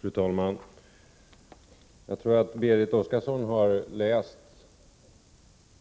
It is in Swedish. Fru talman! Jag tror att Berit Oscarsson har läst